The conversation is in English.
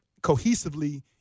cohesively